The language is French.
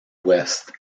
ouest